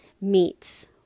meets